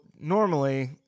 normally